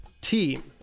team